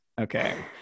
Okay